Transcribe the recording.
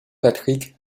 patrick